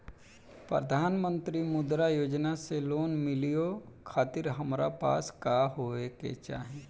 प्रधानमंत्री मुद्रा योजना से लोन मिलोए खातिर हमरा पास का होए के चाही?